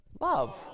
Love